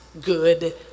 good